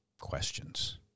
questions